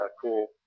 cool